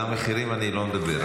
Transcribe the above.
על המחירים אני לא מדבר,